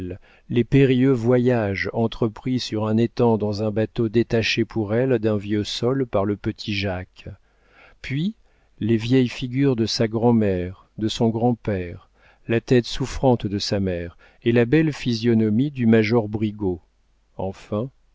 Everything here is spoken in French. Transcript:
les périlleux voyages entrepris sur un étang dans un bateau détaché pour elle d'un vieux saule par le petit jacques puis les vieilles figures de sa grand'mère de son grand-père la tête souffrante de sa mère et la belle physionomie du major brigaut enfin